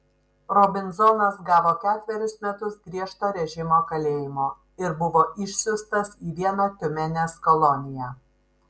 robinzonas gavo ketverius metus griežto režimo kalėjimo ir buvo išsiųstas į vieną tiumenės koloniją